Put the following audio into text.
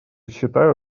считаю